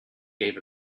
gave